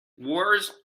words